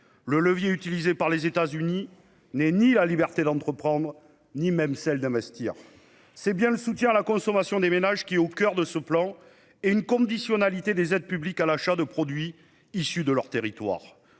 Le levier utilisé par les États-Unis n'est donc ni la liberté d'entreprendre ni même celle d'investir. C'est bien le soutien à la consommation des ménages qui est au coeur de ce plan, ainsi que l'octroi d'aides publiques sous réserve de l'achat de produits issus du territoire.